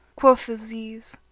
quoth aziz,